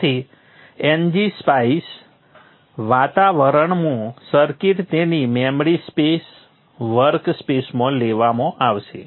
તેથી ngSpice વાતાવરણમાં circuit તેની મેમરી સ્પેસ વર્ક સ્પેસમાં લેવામાં આવે છે